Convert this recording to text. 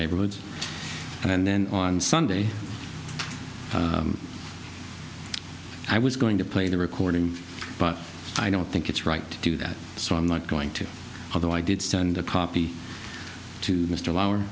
neighborhood and then on sunday i was going to play the recording but i don't think it's right to do that so i'm not going to although i did copy to mr l